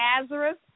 Nazareth